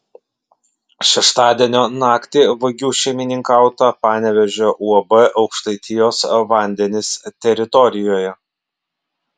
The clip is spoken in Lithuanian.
šeštadienio naktį vagių šeimininkauta panevėžio uab aukštaitijos vandenys teritorijoje